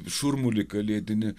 šurmulį kalėdinį